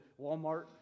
Walmart